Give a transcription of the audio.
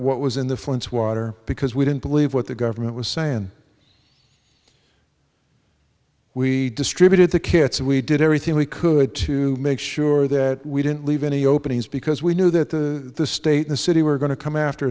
what was in the flints water because we didn't believe what the government was saying we distributed the kits and we did everything we could to make sure that we didn't leave any openings because we knew that the the state and city were going to come after